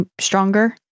stronger